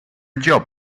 job